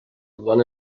one